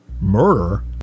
Murder